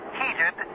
heated